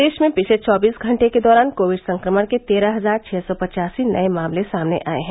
प्रदेश में पिछले चौबीस घंटे के दौरान कोविड संक्रमण के तेरह हजार छः सौ पचासी नए मामले सामने आए हैं